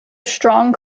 strong